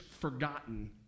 forgotten